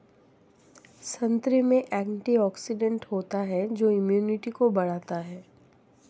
संतरे में एंटीऑक्सीडेंट होता है जो इम्यूनिटी को बढ़ाता है